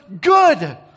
good